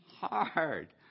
hard